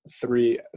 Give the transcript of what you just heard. three